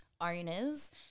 owners